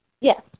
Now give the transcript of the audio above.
Yes